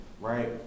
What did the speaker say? Right